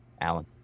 Alan